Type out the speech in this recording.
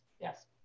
Yes